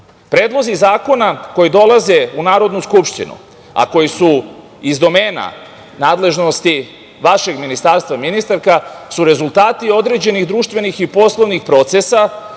zakoniti. Predlozi zakona koji dolaze u Narodnu skupštinu, a koji su iz domena nadležnosti vašeg ministarstva, ministarka, su rezultati određenih društvenih i poslovnih procesa